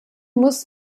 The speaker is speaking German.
muss